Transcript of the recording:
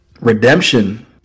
redemption